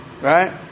Right